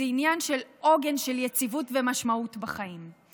זה עניין של עוגן, של יציבות ומשמעות בחיים.